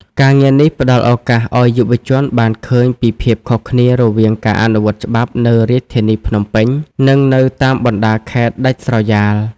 ការងារនេះផ្តល់ឱកាសឱ្យយុវជនបានឃើញពីភាពខុសគ្នារវាងការអនុវត្តច្បាប់នៅរាជធានីភ្នំពេញ និងនៅតាមបណ្តាខេត្តដាច់ស្រយាល។